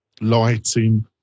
lighting